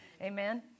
Amen